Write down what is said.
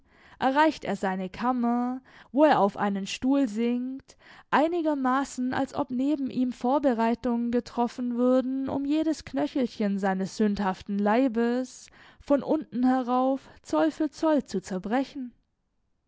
erreicht er seine kammer wo er auf einen stuhl sinkt einigermaßen als ob neben ihm vorbereitungen getroffen würden um jedes knöchelchen seines sündhaften leibes von unten herauf zoll für zoll zu zerbrechen